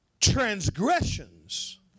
transgressions